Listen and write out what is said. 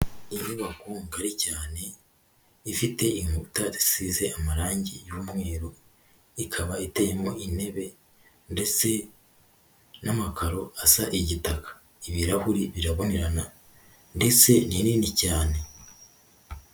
Inyubako ngari cyane ifite inkuta zisize amarangi y'umweru, ikaba iteyemo intebe ndetse n'amakaro asa igitaka, ibirahuri birabonerana ndetse ni nini cyane.